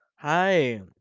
hi